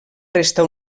resta